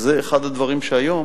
זה אחד הדברים שהיום